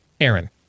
Aaron